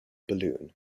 balloon